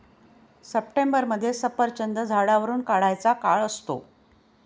सप्टेंबरमध्ये सफरचंद झाडावरुन काढायचा काळ असतो